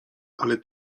ale